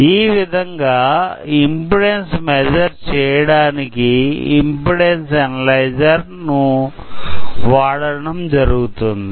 ఈ విధంగా impedance measure చేయడానికి ఇంపిడెన్స్ అనలైజర్ ను వాడడం జరుగుతుంది